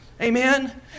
Amen